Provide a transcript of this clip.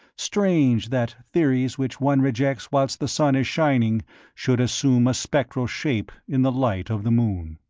strange, that theories which one rejects whilst the sun is shining should assume a spectral shape in the light of the moon.